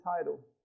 title